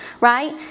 right